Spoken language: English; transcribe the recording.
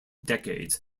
decades